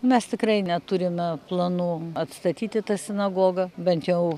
mes tikrai neturime planų atstatyti tą sinagogą bent jau